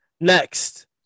Next